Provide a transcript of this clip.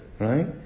Right